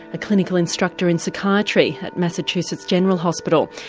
a clinical instructor in psychiatry at massachusetts general hospital,